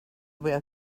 were